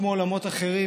כמו בעולמות אחרים,